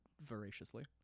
voraciously